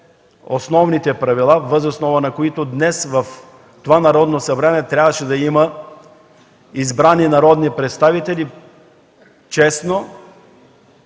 основните правила, въз основа на които днес в това Народно събрание трябваше да има избрани народни представители честно,